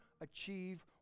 achieve